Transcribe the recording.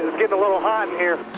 getting a little hot in here.